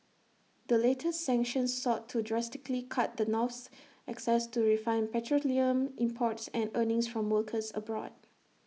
the latest sanctions sought to drastically cut the North's access to refined petroleum imports and earnings from workers abroad